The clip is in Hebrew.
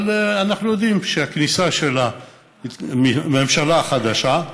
אבל אנחנו יודעים שהכניסה של הממשלה החדשה,